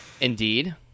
Indeed